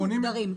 מוגדרים.